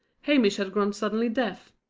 hamish had grown suddenly deaf.